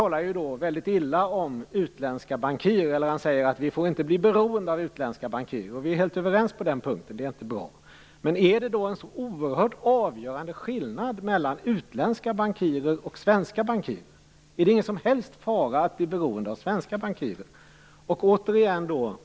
Finansministern säger att vi inte får bli beroende av utländska bankirer, och vi är helt överens på den punkten - det är inte bra. Men är det då en sådan oerhört avgörande skillnad mellan utländska och svenska bankirer? Finns det ingen som helst fara att vi blir beroende av svenska bankirer?